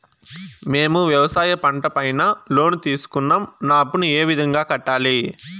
మేము వ్యవసాయ పంట పైన లోను తీసుకున్నాం నా అప్పును ఏ విధంగా కట్టాలి